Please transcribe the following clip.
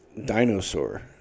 dinosaur